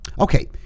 Okay